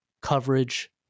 coverage